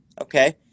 okay